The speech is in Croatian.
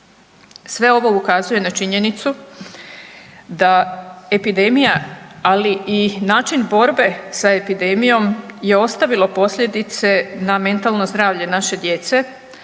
Sve ovo ukazuje na činjenicu da epidemija, ali i način borbe sa epidemijom je ostavilo posljedice na mentalno zdravlje naše djece,